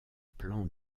plan